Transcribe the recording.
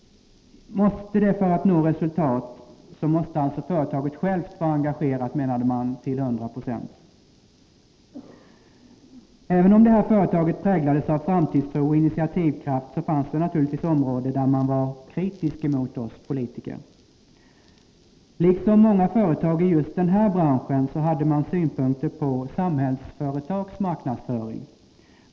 För att nå resultat måste företaget självt vara engagerat till 100 90. Även om företaget präglades av framtidstro och initiativkraft, fanns det naturligtvis områden där man var kritisk mot oss politiker. Liksom många företag i just den här branschen hade man synpunkter på Samhällsföretags marknadsföring.